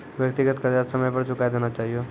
व्यक्तिगत कर्जा समय पर चुकाय देना चहियो